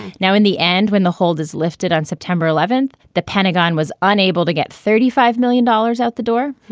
now, in the end, when the hold is lifted on september eleventh, the pentagon was unable to to get thirty five million dollars out the door,